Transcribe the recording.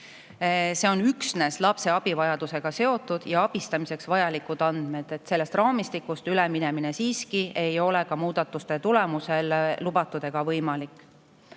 Tegu on üksnes lapse abivajadusega seotud ja tema abistamiseks vajalike andmetega. Sellest raamistikust üleminemine ei ole ka muudatuste tulemusel lubatud ega võimalik.